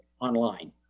online